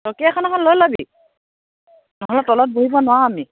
চকী এখন এখন লৈ ল'বি নহ'লে তলত বহিব নোৱাৰো আমি